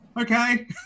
Okay